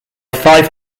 five